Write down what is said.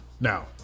now